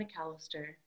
McAllister